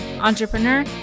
entrepreneur